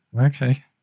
okay